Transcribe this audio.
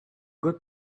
got